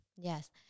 Yes